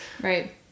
Right